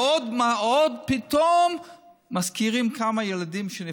ועוד פתאום מזכירים כמה ילדים שנפטרו,